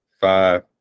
five